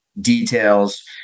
details